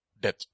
Death